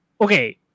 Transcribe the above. Okay